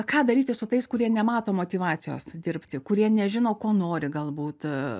ką daryti su tais kurie nemato motyvacijos dirbti kurie nežino ko nori galbūt